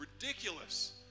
ridiculous